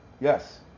Yes